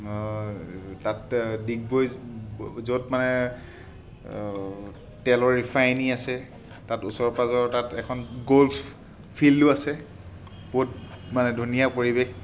তাত ডিগবৈ য'ত মানে তেলৰ ৰিফাইনেৰী আছে তাত ওচৰ পাঁজৰ তাত এখন গ'ল্ফ ফিল্ডো আছে বহুত মানে ধুনীয়া পৰিৱেশ